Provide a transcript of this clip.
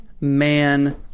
man